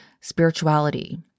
spirituality